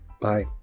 Bye